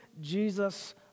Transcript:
Jesus